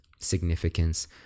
significance